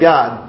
God